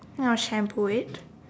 and I'll shampoo it